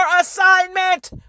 assignment